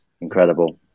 incredible